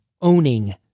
owning